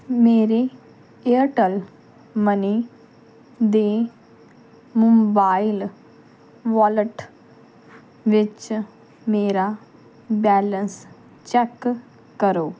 ਮੇਰੇ Airtel money ਦੇ mobile wallet ਵਿੱਚ ਮੇਰਾ ਬੈਲੰਸ ਚੈੱਕ ਕਰੋ